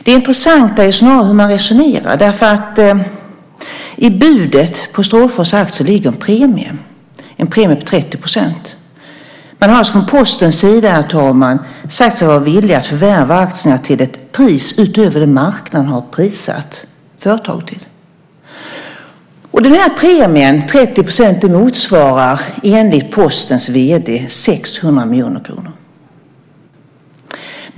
Det intressanta är snarare hur man resonerar, därför att i budet på Strålfors aktier ligger en premie, en premie på 30 %. Man har alltså från Postens sida, herr talman, sagt sig vara villig att förvärva aktierna till ett pris utöver det som marknaden har prissatt företaget till. Premien på 30 % motsvarar enligt Postens vd 600 miljoner kronor.